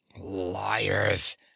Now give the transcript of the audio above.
liars